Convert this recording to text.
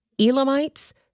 Elamites